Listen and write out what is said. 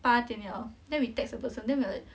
八点了 then we text the person then we are like